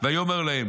"ויאמר להם: